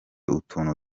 utuntu